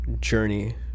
journey